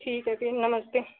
ठीक है फिर नमस्ते